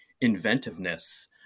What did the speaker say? inventiveness